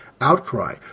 outcry